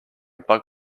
bug